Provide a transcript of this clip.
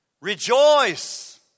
rejoice